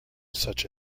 such